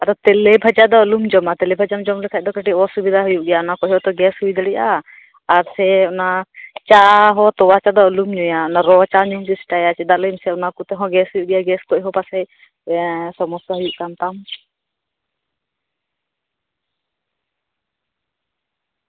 ᱟᱫᱚ ᱛᱮᱞᱮ ᱵᱷᱟᱡᱟ ᱫᱚ ᱟᱞᱚᱢ ᱡᱚᱢᱟ ᱛᱮᱞᱮ ᱵᱷᱟᱡᱟ ᱡᱚᱢ ᱞᱮᱠᱷᱟᱱ ᱚᱱᱟᱠᱚ ᱠᱟᱹᱴᱤᱡ ᱚᱥᱩᱵᱤᱫᱷᱟ ᱫᱚ ᱦᱩᱭᱩᱜ ᱜᱮᱭᱟ ᱚᱱᱟᱠᱚ ᱚᱥᱩᱵᱤᱫᱷᱟ ᱦᱩᱭ ᱫᱟᱲᱮᱭᱟᱜᱼᱟ ᱟᱨ ᱥᱮ ᱚᱱᱟ ᱪᱟ ᱛᱚᱣᱟ ᱪᱟ ᱫᱚ ᱟᱞᱚᱢ ᱧᱩᱭᱟ ᱚᱱᱟ ᱨᱚ ᱪᱟ ᱧᱩᱢ ᱪᱮᱥᱴᱟᱭᱟ ᱪᱮᱫᱟᱜ ᱞᱟᱹᱭ ᱢᱮᱥᱮ ᱚᱱᱟ ᱠᱚᱛᱮ ᱦᱚᱸ ᱜᱮᱥ ᱦᱩᱭᱩᱜ ᱜᱮᱭᱟ ᱚᱱᱟᱛᱮᱜᱮ ᱯᱟᱥᱮᱡ ᱥᱚᱢᱚᱥᱥᱟ ᱦᱩᱭᱩᱜ ᱠᱟᱱ ᱛᱟᱢ